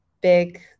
big